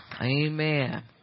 Amen